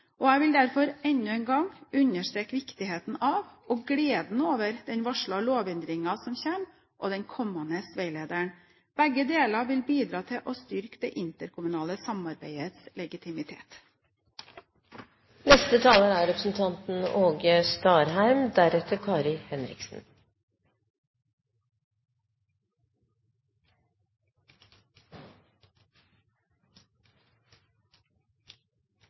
nødvendig. Jeg vil derfor enda en gang understreke viktigheten av og gleden over den varslede lovendringen og den kommende veilederen. Begge deler vil bidra til å styrke det interkommunale samarbeidets